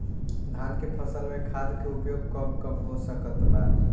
धान के फसल में खाद के उपयोग कब कब हो सकत बा?